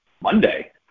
Monday